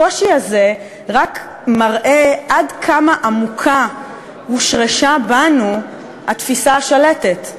הקושי הזה רק מראה עד כמה עמוק הושרשה בנו התפיסה השלטת,